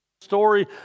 story